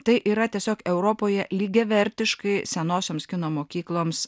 tai yra tiesiog europoje lygiavertiškai senosioms kino mokykloms